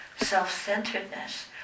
self-centeredness